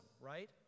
right